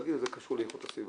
להגיד זה קשור לאיכות הסביבה.